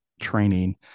training